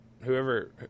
whoever